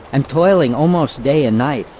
am toiling almost day and night,